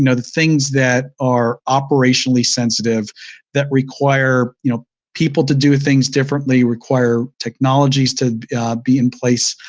you know the things that are operationally sensitive that require you know people to do things differently, require technologies to be in place